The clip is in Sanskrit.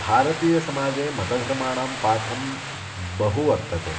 भारतीयसमाजे मतधर्माणां पात्रं बहु वर्तते